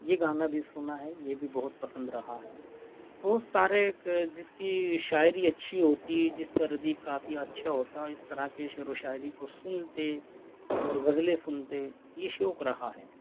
یہ گانا بھی سُنا ہے یہ بھی بہت پسند رہا ہے بہت سارے ایک جس کی شاعری اچھی ہوتی جس کا ردیف قافیہ اچھا ہوتا اِس طرح کے شعر و شاعری کو سُنتے اور غزلیں سُنتے یہ شوق رہا ہے